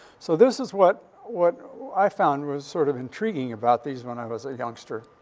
so this is what what i found was sort of intriguing about these when i was a youngster.